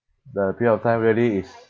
the period of time really is okay